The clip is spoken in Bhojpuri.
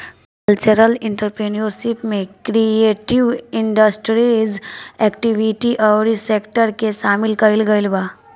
कल्चरल एंटरप्रेन्योरशिप में क्रिएटिव इंडस्ट्री एक्टिविटी अउरी सेक्टर के सामिल कईल गईल बा